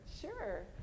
sure